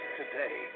today